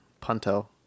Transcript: Punto